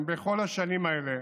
היא בכל השנים האלה